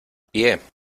pie